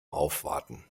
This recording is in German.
aufwarten